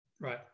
right